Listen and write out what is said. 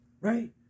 right